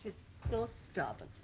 so stubborn